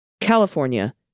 California